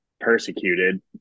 persecuted